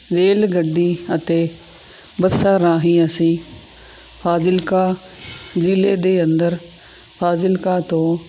rail ਗੱਡੀ ਅਤੇ ਬੱਸਾਂ ਰਾਹੀਂ ਅਸੀਂ ਫ਼ਾਜ਼ਿਲਕਾ ਜ਼ਿਲ੍ਹੇ ਦੇ ਅੰਦਰ ਫ਼ਾਜ਼ਿਲਕਾ ਤੋਂ